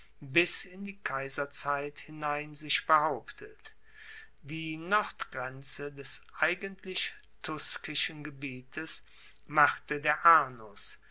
bis in die kaiserzeit hinein sich behauptet die nordgrenze des eigentlich tuskischen gebietes machte der arnus